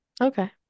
Okay